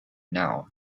now